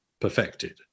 perfected